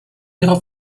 ihrer